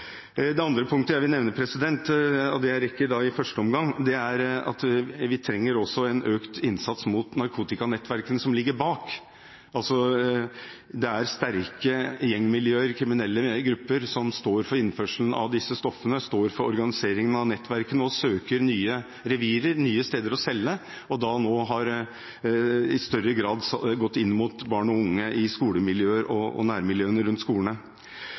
Det andre punktet jeg vil nevne, og det er ikke da i første omgang, er at vi også trenger en økt innsats mot narkotikanettverkene som ligger bak. Det er sterke gjengmiljøer og kriminelle grupper som står for innførselen av disse stoffene. De står for organiseringen av nettverkene og søker nye revirer og nye steder å selge og har nå i større grad gått inn mot barn og unge, i skolemiljøer og nærmiljøene rundt skolene.